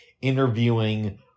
interviewing